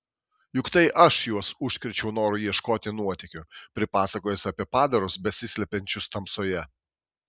juk tai aš juos užkrėčiau noru ieškoti nuotykių pripasakojęs apie padarus besislepiančius tamsoje